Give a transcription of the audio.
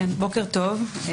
בוקר טוב.